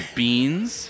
beans